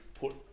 put